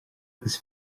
agus